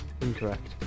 Incorrect